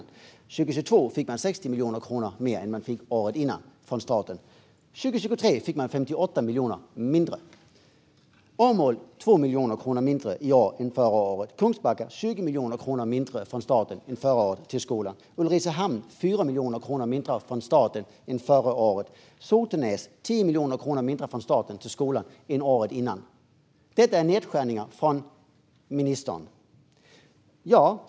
År 2022 fick man 60 miljoner kronor mer från staten än man fick året före. År 2023 fick man 58 miljoner mindre. Åmål fick 2 miljoner kronor mindre i år än förra året. Kungsbacka fick 20 miljoner kronor mindre från staten till skolan än förra året. Ulricehamn fick 4 miljoner kronor mindre från staten än förra året. Sotenäs fick 10 miljoner kronor mindre från staten till skolan än året före. Detta är nedskärningar från ministern.